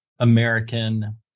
American